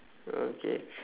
okay